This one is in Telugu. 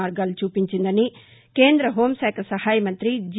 మార్గాలు చూపించిందని కేంద్ర హోంశాఖ సహాయ మంతి జి